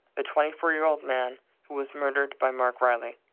a twenty four year old man who was murdered by mark reilly.